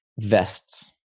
vests